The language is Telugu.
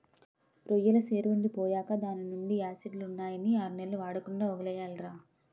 రొయ్యెల సెరువెండి పోయేకా దాన్నీండా యాసిడ్లే ఉన్నాయని ఆర్నెల్లు వాడకుండా వొగ్గియాలిరా